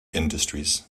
industries